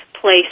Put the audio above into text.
place